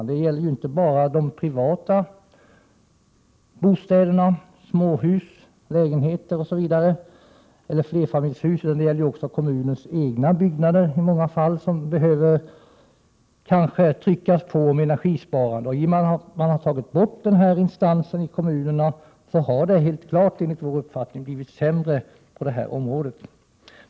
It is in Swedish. Det gäller inte bara privata bostäder, småhus, lägenheter, flerfamiljshus osv., utan det gäller också kommunens egna byggnader i många fall. Kanske behöver man här trycka på och informera om energisparande. Men i och med att den här instansen har tagits bort i kommunerna har det helt klart, enligt vår uppfattning, blivit sämre på detta område.